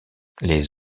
les